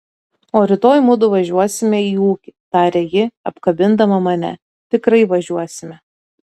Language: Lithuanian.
o rytoj mudu važiuosime į ūkį tarė ji apkabindama mane tikrai važiuosime